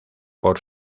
por